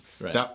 Right